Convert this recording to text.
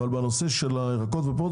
בנושא של הפירות והירקות,